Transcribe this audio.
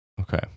Okay